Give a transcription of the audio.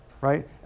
right